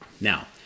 Now